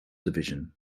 division